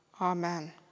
Amen